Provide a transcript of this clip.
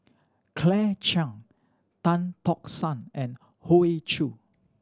Claire Chiang Tan Tock San and Hoey Choo